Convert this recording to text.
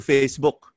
Facebook